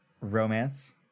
romance